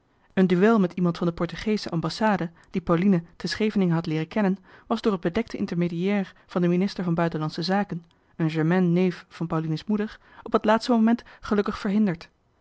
een duel met iemand van de portugeesche ambassade die pauline te scheveningen had leeren kennen was door het bedekte intermédiair van den minister van buitenlandsche zaken een germain neef van pauline's moeder op het laatste moment gelukkig verhinderd